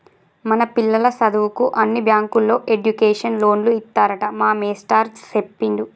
మన పిల్లల సదువుకు అన్ని బ్యాంకుల్లో ఎడ్యుకేషన్ లోన్లు ఇత్తారట మా మేస్టారు సెప్పిండు